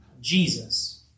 Jesus